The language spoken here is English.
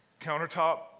countertop